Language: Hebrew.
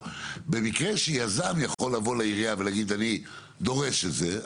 במקרה שיזם יכול לבוא לעירייה ולהגיד אני דורש את זה,